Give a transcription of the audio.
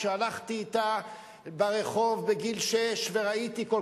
כשהלכתי אתה ברחוב בגיל שש וראיתי כל